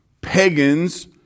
pagans